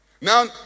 now